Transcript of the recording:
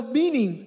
meaning